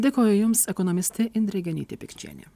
dėkoju jums ekonomistė indrė genytė pikčienė